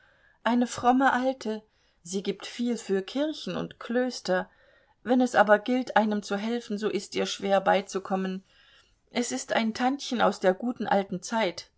eine fromme alte sie gibt viel für kirchen und klöster wenn es aber gilt einem zu helfen so ist ihr schwer beizukommen es ist ein tantchen aus der guten alten zeit